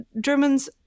Germans